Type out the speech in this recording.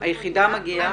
היחידה מגיעה?